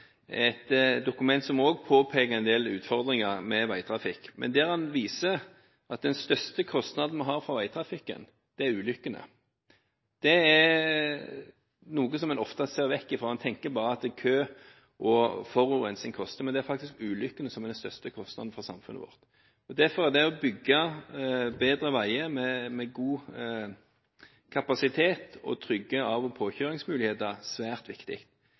et dokument som påpeker også en del utfordringer med veitrafikk, og som viser at den største kostnaden vi har når det gjelder veitrafikken, er ulykkene. Det er noe en ofte ser vekk fra, en tenker bare at kø og forurensning koster, men det er faktisk ulykkene som er den største kostnaden for samfunnet vårt. Derfor er det å bygge bedre veier med god kapasitet og trygge av- og påkjøringsmuligheter svært viktig.